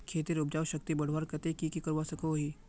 खेतेर उपजाऊ शक्ति बढ़वार केते की की करवा सकोहो ही?